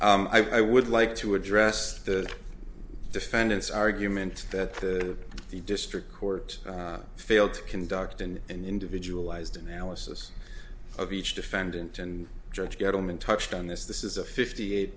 dead i would like to address the defendant's argument that the district court failed to conduct and individualized analysis of each defendant and judge gettleman touched on this this is a fifty eight